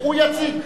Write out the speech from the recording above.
הוא יציג.